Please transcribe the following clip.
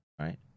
right